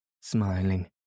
smiling